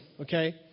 Okay